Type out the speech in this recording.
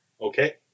Okay